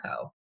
co